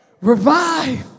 Revive